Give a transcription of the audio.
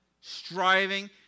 Striving